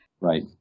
Right